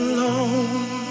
Alone